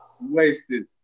Wasted